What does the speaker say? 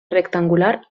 rectangular